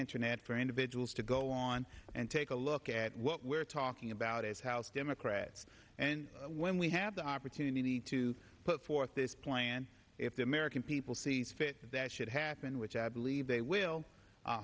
internet for individuals to go on and take a look at what we're talking about as house democrats and when we have the opportunity to put forth this plan if the american people sees fit that should happen which i believe they will